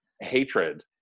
hatred